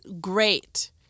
Great